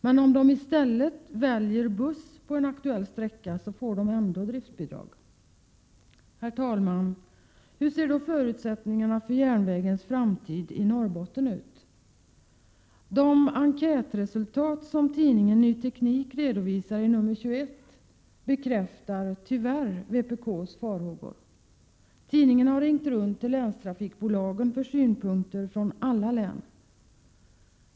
Men om de i stället väljer buss på en aktuell sträcka får de ändå driftsbidrag. Herr talman! Hur ser då förutsättningarna i framtiden ut för järnvägen i Norrbotten? De enkätresultat som tidningen Ny Teknik redovisar i nr 21 bekräftar tyvärr vpk:s farhågor. Tidningen har ringt runt till länstrafikbolagen från alla län för att få synpunkter.